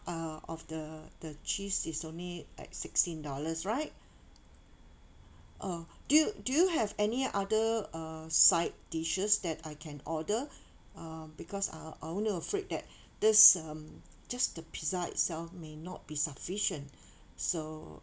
uh of the the cheese is only at sixteen dollars right oh do you do you have any other uh side dishes that I can order uh because uh I only afraid that this um just the pizza itself may not be sufficient so